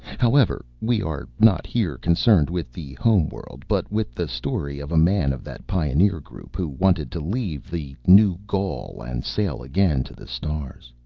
however, we are not here concerned with the home world but with the story of a man of that pioneer group who wanted to leave the new gaul and sail again to the stars.